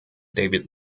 david